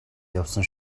явсан